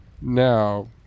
Now